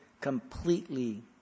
completely